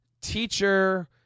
teacher